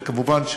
וכמובן,